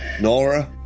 Nora